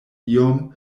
iom